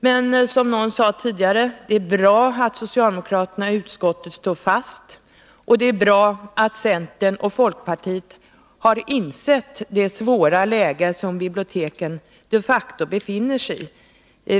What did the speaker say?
Men, som någon sade tidigare: Det är bra att socialdemokraterna i utskottet står fast, och det är bra att centern och folkpartiet har insett det svåra läge som biblioteken de facto befinner sig i.